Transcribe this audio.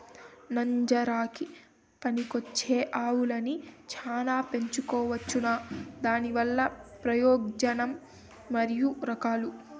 నంజరకి పనికివచ్చే ఆవులని చానా పెంచుకోవచ్చునా? దానివల్ల ప్రయోజనం మరియు రకాలు?